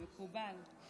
מקובל.